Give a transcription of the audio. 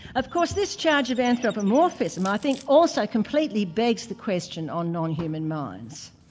of course this charge of anthropomorphism i think also completely begs the question on non-human minds.